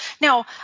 now